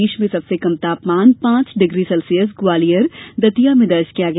प्रदेश में सबसे कम तापमान पांच डिग्री सेल्सियस ग्वालियर दतिया में दर्ज किया गया